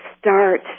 start